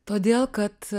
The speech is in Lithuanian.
todėl kad